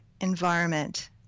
environment